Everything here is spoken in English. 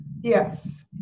Yes